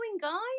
guys